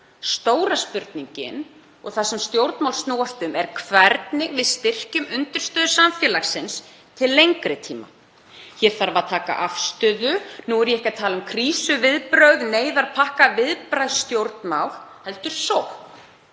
Stóra spurningin og það sem stjórnmál snúast um er hvernig við styrkjum undirstöðu samfélagsins til lengri tíma. Hér þarf að taka afstöðu. Nú er ég ekki að tala um krísuviðbrögð, neyðarpakka, viðbragðsstjórnmál, heldur sókn.